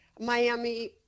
Miami